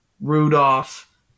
Rudolph